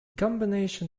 combination